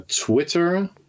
Twitter